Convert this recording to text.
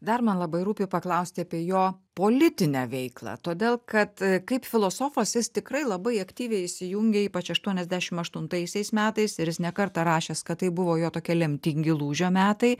dar man labai rūpi paklausti apie jo politinę veiklą todėl kad kaip filosofas jis tikrai labai aktyviai įsijungė ypač aštuoniasdešim aštuntaisiais metais ir jis ne kartą rašęs kad tai buvo jo tokie lemtingi lūžio metai